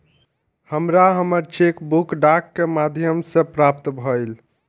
हमरा हमर cheque book डाक के माध्यम से प्राप्त भईल